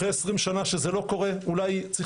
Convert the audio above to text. אחרי 20 שנה שזה לא קורה אולי צריך